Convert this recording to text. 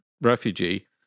refugee